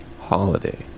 holiday